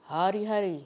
hari-hari